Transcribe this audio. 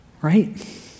right